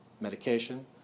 medication